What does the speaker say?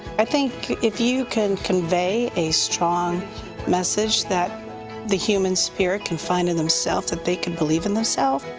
i think if you can convey a strong message that the human spirit can find in themselves, that they can believe in themselves,